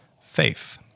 faith